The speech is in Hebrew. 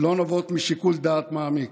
לא נובעים משיקול דעת מעמיק.